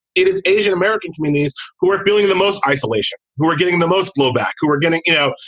it is asian-american communities who are feeling the most isolation, who are getting the most blowback, who are getting you know,